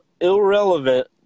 irrelevant